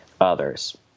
others